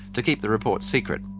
to keep the report secret.